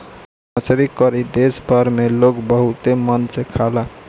मछरी करी देश भर में लोग बहुते मन से खाला